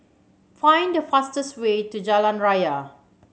find the fastest way to Jalan Raya